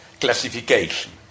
classification